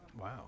Wow